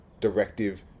directive